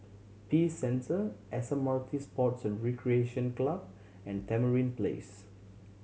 Peace Center S M R T Sports and Recreation Club and Tamarind Place